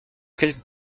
quelques